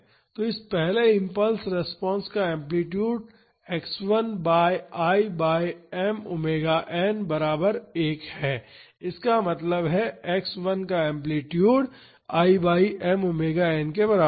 तो इस पहले इम्पल्स रिस्पांस का amplitude x1 by I by m omega n बराबर 1 है इसका मतलब है x 1 का amplitude I by m omega n के बराबर है